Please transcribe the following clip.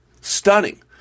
Stunning